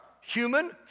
human